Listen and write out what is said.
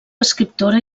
escriptora